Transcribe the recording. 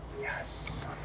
Yes